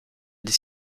des